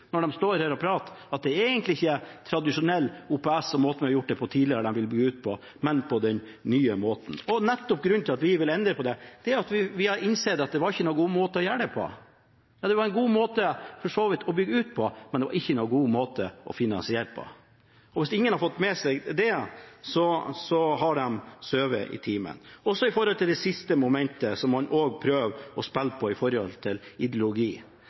når de står her og prater, at det egentlig ikke er tradisjonell OPS og måten vi har gjort det på tidligere, som de vil bygge ut på, men på den nye måten. Grunnen til at vi vil endre på det, er nettopp at vi har innsett at det ikke var noen god måte å gjøre det på. Det var for så vidt en god måte å bygge ut på, men det var ikke noen god måte å finansiere på. Hvis ingen har fått med seg det, har de sovet i timen, også når det gjelder det siste momentet som man også prøver å spille på med hensyn til ideologi